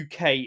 UK